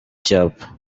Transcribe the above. cyapa